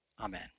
Amen